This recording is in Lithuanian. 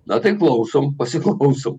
na tai klausom pasiklausom